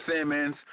Simmons